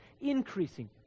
Increasing